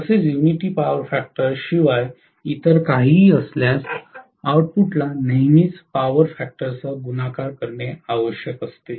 तसेच unity power factor शिवाय इतर काहीही असल्यास आउटपुटला नेहमीच पॉवर फॅक्टरसह गुणाकार करणे आवश्यक असते